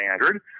standard